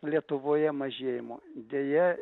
lietuvoje mažėjimo deja